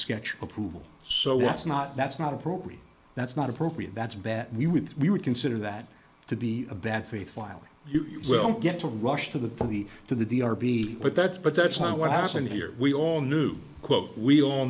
sketch approval so that's not that's not appropriate that's not appropriate that's a bet we would we would consider that to be a bad faith while you don't get to rush to the from the to the d r b but that's but that's not what happened here we all knew quote we all